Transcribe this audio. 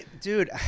Dude